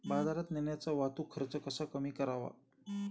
बाजारात नेण्याचा वाहतूक खर्च कसा कमी करावा?